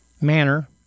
manner